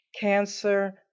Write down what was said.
cancer